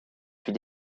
fut